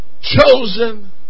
chosen